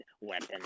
weapon